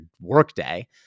workday